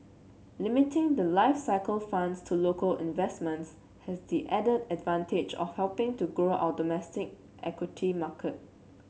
limiting the life cycle funds to local investments has the added advantage of helping to grow our domestic equity marker